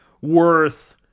Worth